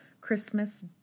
Christmas